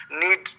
need